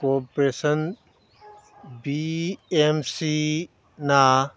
corporation B M ꯁꯤꯅ